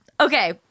Okay